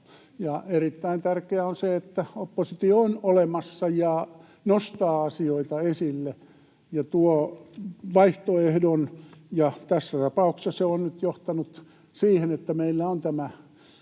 erittäin tärkeää on se, että oppositio on olemassa ja nostaa asioita esille ja tuo vaihtoehdon. Tässä tapauksessa se on nyt johtanut siihen, että meillä on tämä